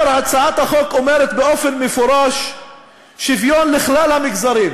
והצעת החוק אומרת באופן מפורש "שוויון לכלל המגזרים",